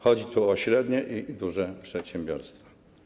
Chodzi tu o średnie i duże przedsiębiorstwa.